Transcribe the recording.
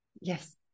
Yes